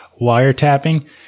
Wiretapping